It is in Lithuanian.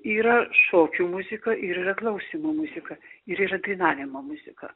yra šokių muzika ir yra klausymo muzika ir yra dainavimo muzika